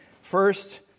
First